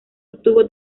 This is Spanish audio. obtuvo